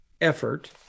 effort